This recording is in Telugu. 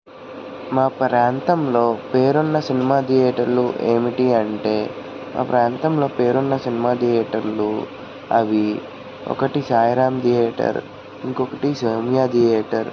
మా ప్రాంతంలో పేరున్న సినిమా థియేటర్లు ఏమిటి అంటే మా ప్రాంతంలో పేరున్న సినిమా థియేటర్లు అవీ ఒకటి సాయిరాం థియేటర్ ఇంకొకటి సౌమ్య థియేటర్